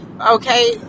okay